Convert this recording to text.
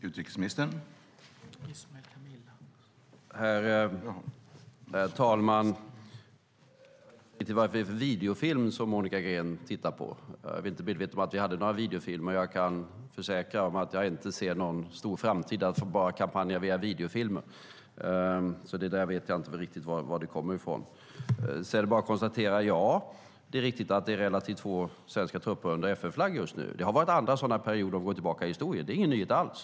Herr talman! Jag vet inte vad det är för videofilm som Monica Green tittar på. Jag var inte medveten om att vi hade några videofilmer. Jag kan försäkra henne om att jag inte ser någon stor framtid i att bara kampanja via videofilmer. Jag vet inte riktigt vad detta kommer från. Jag konstaterar att det är riktigt att det är relativt få svenska trupper under FN-flagg just nu. Det har varit andra sådana perioder, om vi går tillbaka i historien. Det är ingen nyhet alls.